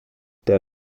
der